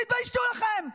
תתביישו לכם.